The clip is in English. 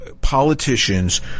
politicians